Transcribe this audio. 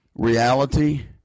reality